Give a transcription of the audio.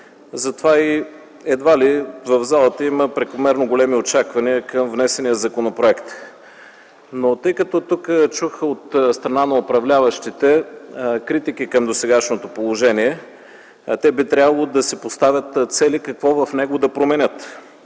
затова и едва ли в залата има прекомерно големи очаквания към внесения законопроект, но тъй като тук чух от страна на управляващите критики към досегашното положение, а те би трябвало да си поставят цели какво в него да променят,